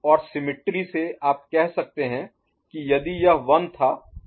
और symmetry Symmetry समरूपता से आप यह कह सकते हैं कि यदि यह 1 था तो यह 0 होगा